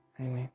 amen